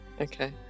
okay